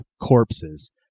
corpses